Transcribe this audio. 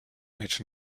mit